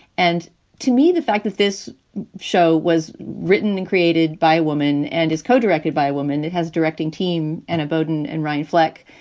and to me, the fact that this show was written and created by a woman and is co-directed by a woman, it has directing team and boden and ryan fleck,